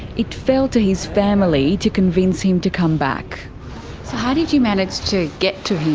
it fell to his family to convince him to come back. so how did you manage to get to him,